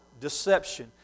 deception